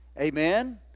Amen